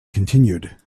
continued